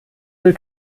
will